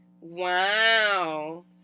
Wow